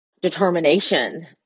determination